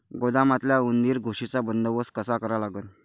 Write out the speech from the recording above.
गोदामातल्या उंदीर, घुशीचा बंदोबस्त कसा करा लागन?